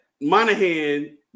Monahan